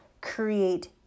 create